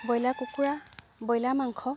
broiler কুকুৰা broiler মাংস